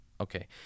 Okay